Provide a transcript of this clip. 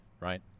right